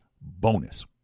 bonus